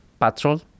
patrol